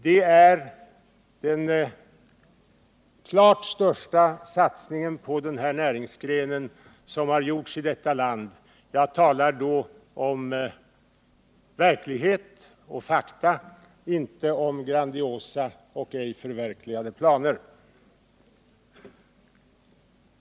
Det är den klart största satsning på den här näringsgrenen som har gjorts i detta land. Jag talar då om verklighet och fakta, inte om grandiosa och ej förverkligade planer.